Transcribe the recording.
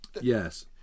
yes